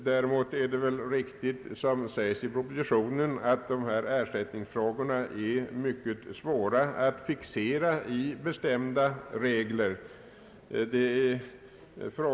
Däremot är det väl riktigt, som sägs i propositionen, att det är mycket svårt att i bestämda regler fixera i vilka fall ersättning skall utgå.